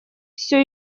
все